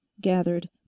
gathered